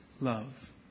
love